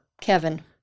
kevin